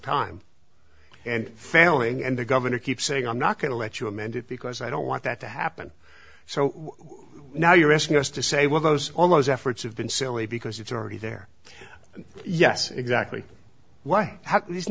time and failing and the governor keeps saying i'm not going to let you amend it because i don't want that to happen so now you're asking us to say well those all those efforts have been silly because it's already there yes exactly why ha